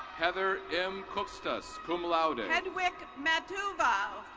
heather m kustaz, cum laude. hedwick matuba.